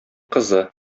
кызы